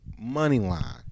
Moneyline